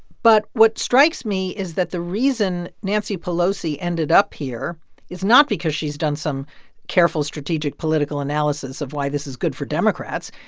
but what strikes me is that the reason nancy pelosi ended up here is not because she's done some careful strategic political analysis of why this is good for democrats.